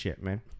man